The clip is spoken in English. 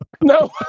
No